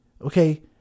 Okay